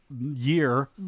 year